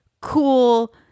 cool